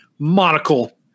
Monocle